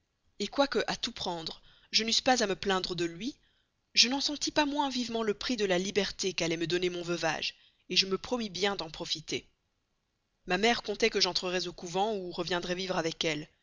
après quoique à tout prendre je n'eusse pas à me plaindre de lui je n'en sentis pas moins vivement le prix de la liberté qu'allait me donner mon veuvage je me promis bien d'en profiter ma mère comptait que j'entrerais au couvent ou reviendrais vivre avec elle